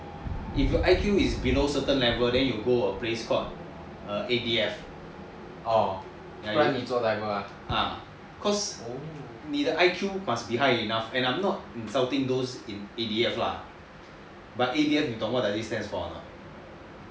if your I_Q is below certain level then you go a place called A_D_F cause 你的 I_Q must be high enough and I'm not insulting those that went to A_D_F lah but you know what does A_D_F stands for or not